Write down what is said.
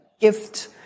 gift